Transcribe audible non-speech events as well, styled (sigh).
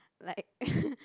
like (laughs)